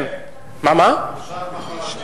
הדיון נמשך מחר.